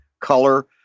Color